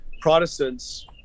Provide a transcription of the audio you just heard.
Protestants